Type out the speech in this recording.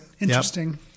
Interesting